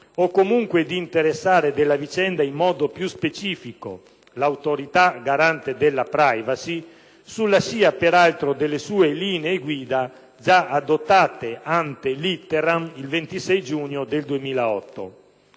o comunque di interessare della vicenda in modo più specifico l'Autorità garante della*privacy*, sulla scia, peraltro, delle sue linee guida, già adottate *ante litteram* il 26 giugno 2008.